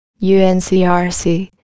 UNCRC